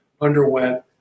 underwent